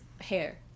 hair